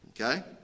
Okay